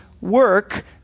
work